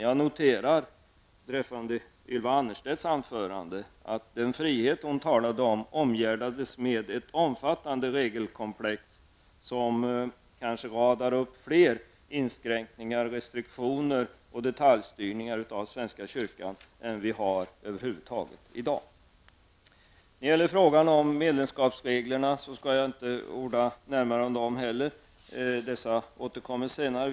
Jag noterar att den frihet som Ylva Annerstedt talade om omgärdades av ett omfattande regelkomplex, som kanske radar upp fler inskränkningar, restriktioner och detaljstyrningar av svenska kyrkan än vi har i dag. Jag skall inte heller orda närmare om medlemskapsreglerna. Dessa återkommer senare.